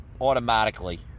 automatically